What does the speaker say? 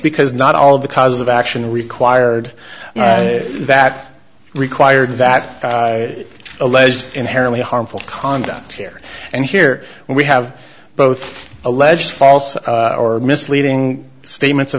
because not all of the causes of action required that required that alleged inherently harmful conduct here and here we have both alleged false or misleading statements